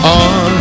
on